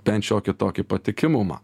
bent šiokį tokį patikimumą